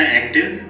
active